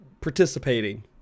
participating